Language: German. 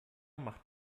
macht